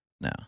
No